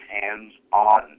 hands-on